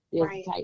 Right